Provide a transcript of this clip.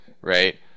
right